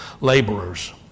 laborers